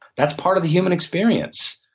that's part of the human experience.